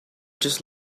just